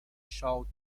showed